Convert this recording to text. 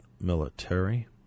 military